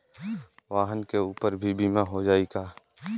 वाहन के ऊपर भी बीमा हो जाई की ना?